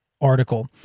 article